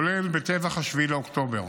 כולל בטבח 7 באוקטובר.